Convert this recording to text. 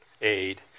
aid